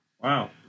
Wow